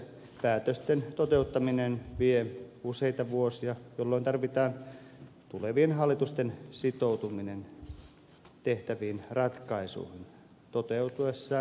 päätösten toteuttaminen vie useita vuosia jolloin tarvitaan tulevien hallitusten sitoutuminen tehtäviin ratkaisuihin